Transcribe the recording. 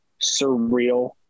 surreal